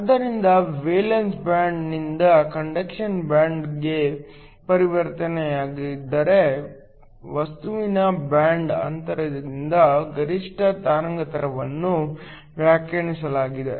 ಆದ್ದರಿಂದ ವೇಲೆನ್ಸ್ ಬ್ಯಾಂಡ್ನಿಂದ ಕಂಡಕ್ಷನ್ ಬ್ಯಾಂಡ್ಗೆ ಪರಿವರ್ತನೆಯಾಗಿದ್ದರೆ ವಸ್ತುವಿನ ಬ್ಯಾಂಡ್ ಅಂತರದಿಂದ ಗರಿಷ್ಠ ತರಂಗಾಂತರವನ್ನು ವ್ಯಾಖ್ಯಾನಿಸಲಾಗಿದೆ